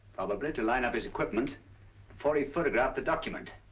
probably to line up his equipment before he photographed the document.